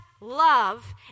love